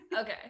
Okay